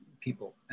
people